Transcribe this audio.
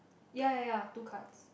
ya ya ya two cards